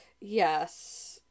Yes